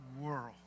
world